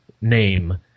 name